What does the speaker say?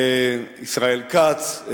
ישראל כץ,